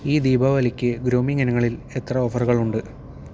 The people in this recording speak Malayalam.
ഈ ദീപാവലിക്ക് ഗ്രൂമിങ്ങ് ഇനങ്ങളിൽ എത്ര ഓഫറുകളുണ്ട്